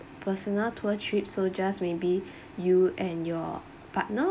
personal tour trip so just maybe you and your partner